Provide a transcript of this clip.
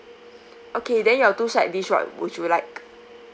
okay then your two side dish what would you like